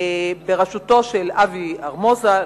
בראשותו של אבי ארמוזה,